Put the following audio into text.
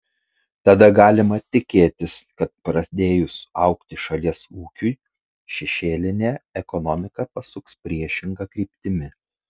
tada galima tikėtis kad pradėjus augti šalies ūkiui šešėlinė ekonomika pasuks priešinga kryptimi